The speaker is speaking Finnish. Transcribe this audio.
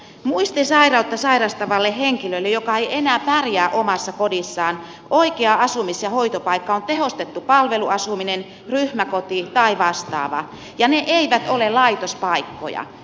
muistisairautta sairastavalle henkilölle joka ei enää pärjää omassa kodissaan oikea asumis ja hoitopaikka on tehostettu palveluasuminen ryhmäkoti tai vastaava ja ne eivät ole laitospaikkoja